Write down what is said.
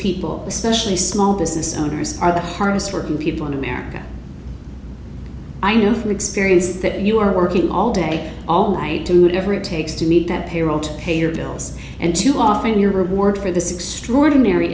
people especially small business owners are the hardest working people in america i know from experience that you are working all day all night too never it takes to meet that payroll to pay your bills and too often your reward for this extraordinary